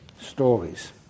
stories